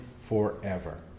forever